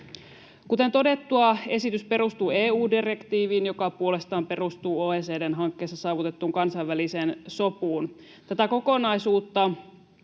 Kuten todettua, esitys perustuu EU-direktiiviin, joka puolestaan perustuu OECD:n hankkeessa saavutettuun kansainväliseen sopuun. Tätä kokonaisuutta,